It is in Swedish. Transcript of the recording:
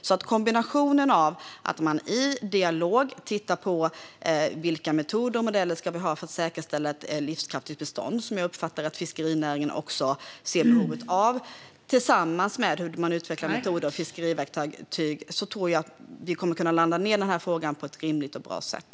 Med en kombination av att i dialog titta på vilka metoder och modeller man ska ha för att säkerställa ett livskraftigt bestånd, vilket jag uppfattar att fiskerinäringen också ser behovet av, och hur man utvecklar fiskemetoder och fiskeverktyg kommer vi att kunna landa denna fråga på ett rimligt och bra sätt.